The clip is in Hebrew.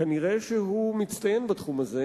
כנראה הוא מצטיין בתחום הזה.